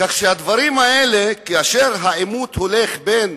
כך, כאשר העימות הוא בין